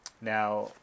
Now